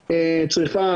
איתי רוגל בבקשה.